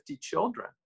children